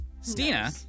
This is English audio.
Stina